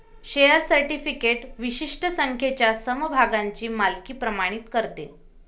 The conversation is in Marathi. शेअर सर्टिफिकेट विशिष्ट संख्येच्या समभागांची मालकी प्रमाणित करते